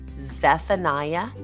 Zephaniah